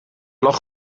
lag